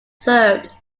served